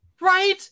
Right